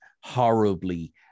horribly